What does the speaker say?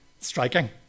striking